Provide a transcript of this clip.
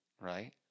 Right